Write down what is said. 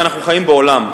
הרי אנחנו חיים בעולם,